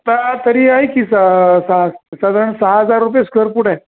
त तरी आहे की स स साधारण सहा हजार रुपये स्क्वेअरफूट